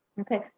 Okay